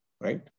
right